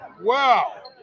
Wow